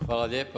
Hvala lijepo.